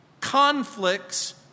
Conflicts